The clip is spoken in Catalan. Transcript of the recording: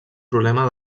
problema